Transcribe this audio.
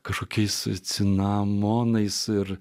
kažkokiais cinamonais ir